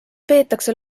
peetakse